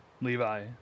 Levi